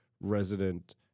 resident